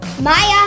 Maya